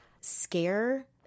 scare